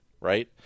right